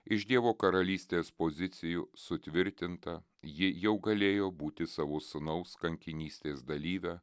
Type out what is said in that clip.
iš dievo karalystės pozicijų sutvirtinta ji jau galėjo būti savo sūnaus kankinystės dalyve